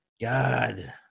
God